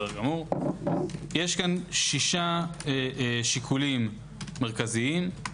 יש פה שישה שיקולים מרכזיים.